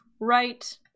Right